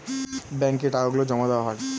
ব্যাঙ্কে টাকা গুলো জমা দেওয়া হয়